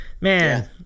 Man